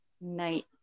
night